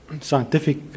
scientific